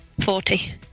Forty